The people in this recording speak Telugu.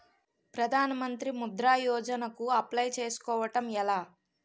ప్రధాన మంత్రి ముద్రా యోజన కు అప్లయ్ చేసుకోవటం ఎలా?